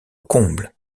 comble